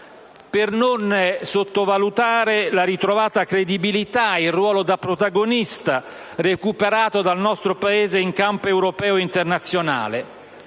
Senza sottovalutare la ritrovata credibilità e il ruolo da protagonista recuperato dal nostro Paese in campo europeo e internazionale.